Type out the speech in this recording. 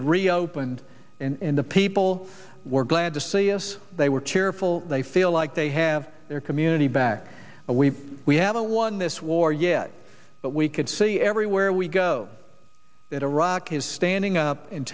d reopened and the people were glad to see us they were cheerful they feel like they have their community back we we haven't won this war yet but we could see everywhere we go that iraq is standing up and